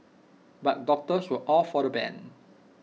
but doctors were all for the ban